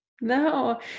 no